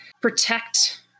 protect